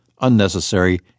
unnecessary